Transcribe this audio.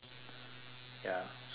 ya super good